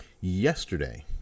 Yesterday